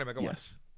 Yes